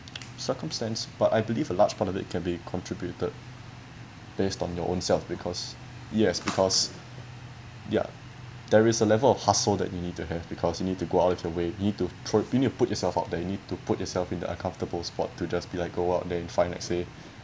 circumstance but I believe a large part of it can be contributed based on your own self because yes because ya there is a level of hustle that you need to have because you need to go out of your way you need to throw you need to put yourself out there you need to put yourself in the uncomfortable spot to just be like go out there and find let's say